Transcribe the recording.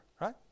right